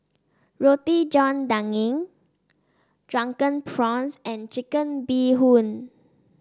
Roti John Daging Drunken Prawns and Chicken Bee Hoon